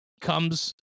comes